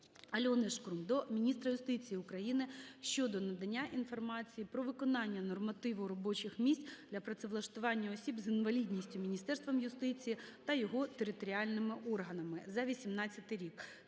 Альони Шкрум до міністра юстиції України щодо надання інформації про виконання нормативу робочих місць для працевлаштування осіб з інвалідністю Міністерством юстиції України та його територіальними органами за 2018 рік.